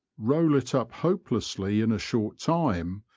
roll it up hopelessly in a short time,